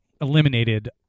eliminated